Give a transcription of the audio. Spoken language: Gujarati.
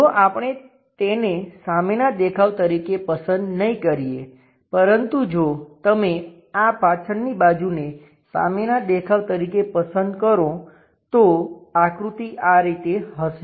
જો આપણે તેને સામેના દેખાવ તરીકે પસંદ નહીં કરીએ પરંતુ જો તમે આ પાછળની બાજુને સામેના દેખાવ તરીકે પસંદ કરો તો આકૃતિ આ રીતે હશે